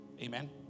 amen